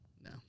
No